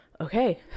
okay